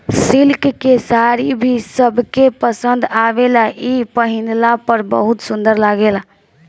silk के साड़ी भी सबके पसंद आवेला इ पहिनला पर बहुत सुंदर लागेला